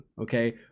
Okay